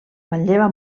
manlleva